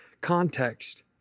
context